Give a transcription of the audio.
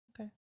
Okay